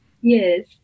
Yes